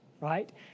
right